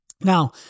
Now